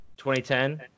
2010